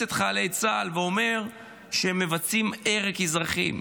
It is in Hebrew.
את חיילי צה"ל ואומר שהם מבצעים הרג אזרחים.